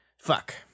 Fuck